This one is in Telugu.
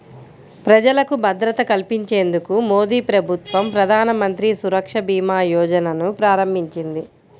ప్రజలకు భద్రత కల్పించేందుకు మోదీప్రభుత్వం ప్రధానమంత్రి సురక్షభీమాయోజనను ప్రారంభించింది